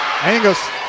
Angus